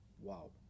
Wow